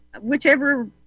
whichever